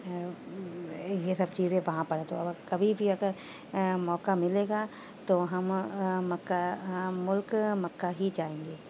یہ سب چیزیں وہاں پر ہیں تو کبھی بھی اگر موقعہ ملے گا تو ہم مکہ ملک مکہ ہی جائیں گے